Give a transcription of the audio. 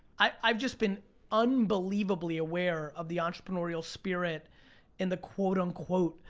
i've just been unbelievably aware of the entrepreneurial spirit in the quote, unquote,